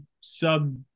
sub